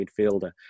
midfielder